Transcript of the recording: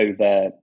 over